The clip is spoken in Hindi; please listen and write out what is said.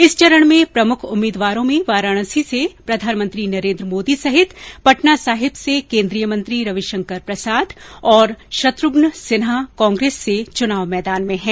इस चरण में प्रमुख उम्मीदवारों में वाराणसी से प्रधानमंत्री नरेन्द्र मोदी सहित पटना साहिब से केन्द्रीय मंत्री रविशंकर प्रसाद और शत्रुघ्न सिन्हा कांग्रेस से चुनाव मैदान में हैं